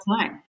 time